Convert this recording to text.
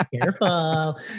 careful